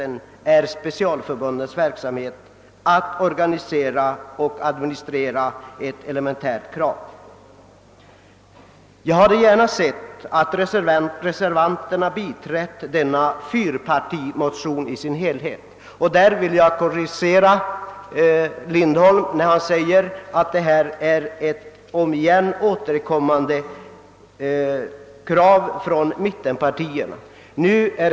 Specialförbundens verksamhet i fråga om organisation och administration är ett elementärt krav för den samlade idrottsaktiviteten. Jag hade gärna sett att reservanterna biträtt den aktuella fyrpartimotionen i dess helhet. Jag vill korrigera herr Lindholms uttalande att motionen är uttryck för ett från mittenpartiernas sida ständigt återkommande krav.